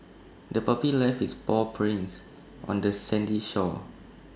the puppy left its paw prints on the sandy shore